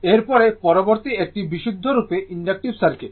এরপরে পরবর্তী একটি বিশুদ্ধভাবে ইন্ডাক্টিভ সার্কিট